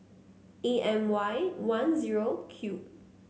A M Y one zero Q